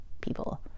people